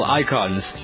icons